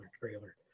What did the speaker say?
trailer